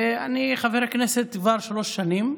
ואני חבר כנסת כבר שלוש שנים,